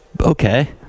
okay